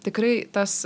tikrai tas